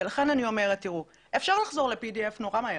לכן אני אומרת שאפשר לחזור ל-PDF מאוד מהר,